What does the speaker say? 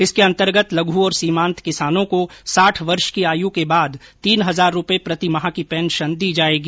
इसके अंतर्गत लघु और सीमांत किसानों को साठ वर्ष की आयु के बाद तीन हजार रुपये प्रति माह की पेंशन दी जाएगी